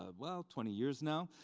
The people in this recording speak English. ah well, twenty years now,